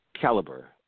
caliber